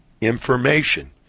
information